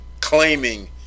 claiming